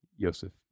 Joseph